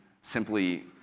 simply